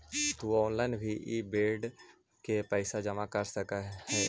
तु ऑनलाइन भी इ बेड के पइसा जमा कर सकऽ हे